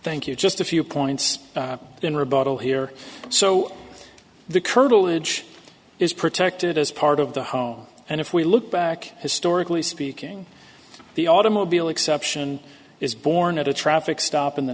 thank you just a few points in rebuttal here so the curtilage is protected as part of the home and if we look back historically speaking the automobile exception is born at a traffic stop in the